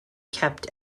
kept